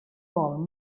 vol